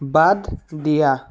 বাদ দিয়া